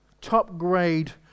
top-grade